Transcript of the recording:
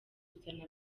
kuzana